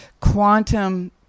quantum